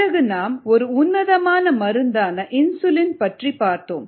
பிறகு நாம் ஒரு உன்னதமான மருந்தான இன்சுலினைப் பற்றி பார்த்தோம்